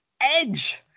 Edge